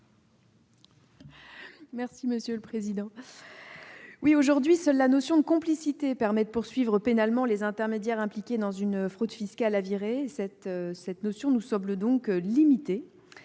Mme Sophie Taillé-Polian. Aujourd'hui, seule la notion de complicité permet de poursuivre pénalement les intermédiaires impliqués dans une fraude fiscale avérée. Cette notion nous semble donc limitée.